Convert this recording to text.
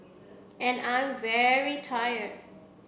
and I am very tired